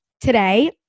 today